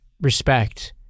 respect